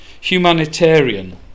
humanitarian